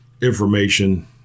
information